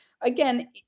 again